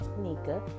Nika